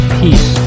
peace